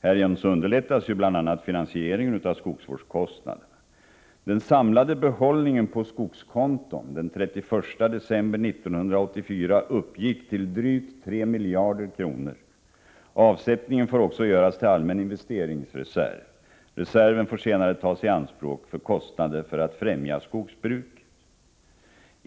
Härigenom underlättas bl.a. finansieringen av skogsvårdskostnaderna. Den samlade behållningen på skogskonton den 31 december 1984 uppgick till drygt 3 miljarder kronor. Avsättning får också göras till allmän investeringsreserv. Reserven får senare tas i anspråk för kostnader för att främja skogsbruket.